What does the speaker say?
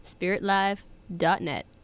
spiritlive.net